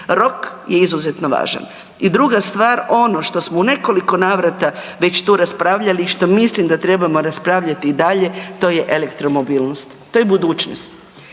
rok je izuzetno važan. I druga stvar, ono što smo u nekoliko navrata već tu raspravljali i što mislim da trebamo raspravljati i dalje to je elektromobilnost, to je budućnost